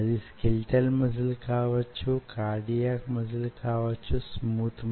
తరువాత myotube వంటి నిర్మాణాలకు కారణమౌతాయి